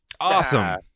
Awesome